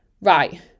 Right